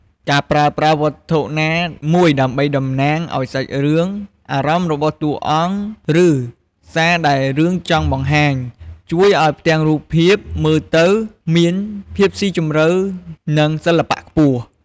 ការប្រើប្រាស់វត្ថុណាមួយដើម្បីតំណាងឱ្យសាច់រឿង អារម្មណ៍របស់តួអង្គ ឬសារដែលរឿងចង់បង្ហាញ ជួយឱ្យផ្ទាំងរូបភាពមើលទៅមាន ភាពស៊ីជម្រៅ និងសិល្បៈខ្ពស់ ។